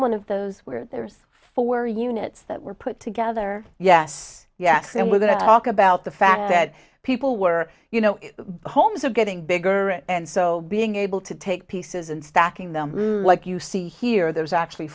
one of those where there's four units that were put together yes yes and we're going to talk about the fact that people were you know homes are getting bigger and so being able to take pieces and stacking them like you see here there's actually